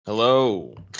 Hello